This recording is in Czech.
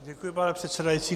Děkuji, pane předsedající.